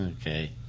Okay